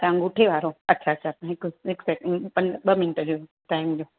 अंगूठे वारो अछा अछा हिकु हिकु सैंकेंड ॿ मिंट ॾियो सम्झो